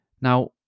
Now